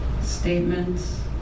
statements